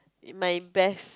in my best